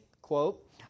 quote